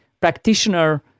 practitioner